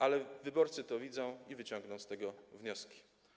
Ale wyborcy to widzą i wyciągną z tego wnioski.